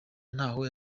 ntaho